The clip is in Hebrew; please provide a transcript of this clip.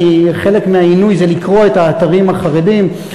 חלק מהעינוי זה לקרוא את האתרים החרדיים,